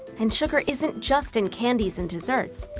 and sugar isn't just in candies and desserts,